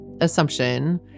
assumption